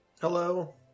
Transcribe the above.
Hello